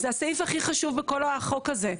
הסעיף הזה הוא הסעיף הכי חשוב בכל החוק הזה,